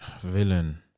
Villain